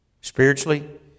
Spiritually